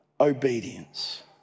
obedience